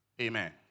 Amen